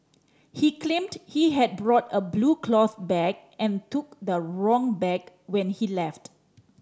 he claimed he had brought a blue cloth bag and took the wrong bag when he left